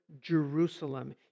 Jerusalem